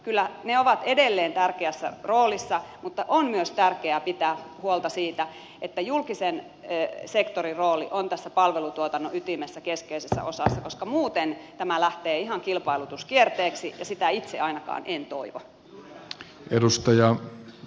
kyllä ne ovat edelleen tärkeässä roolissa mutta on myös tärkeää pitää huolta siitä että julkisen sektorin rooli on tässä palvelutuotannon ytimessä keskeisessä osassa koska muuten tämä lähtee ihan kilpailutuskierteeksi ja sitä itse ainakaan en toivo